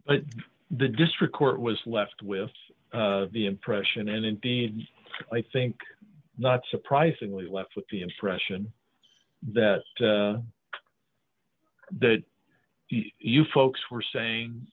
but the district court was left with the impression and indeed i think not surprisingly left with the impression that that you folks were saying